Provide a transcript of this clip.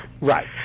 Right